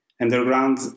underground